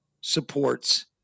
supports